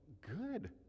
good